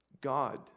God